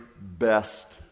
best